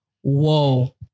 Whoa